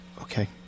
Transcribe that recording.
Okay